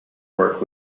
work